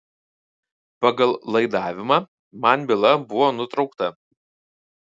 pagal laidavimą man byla buvo nutraukta